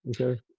Okay